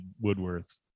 Woodworth